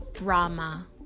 Rama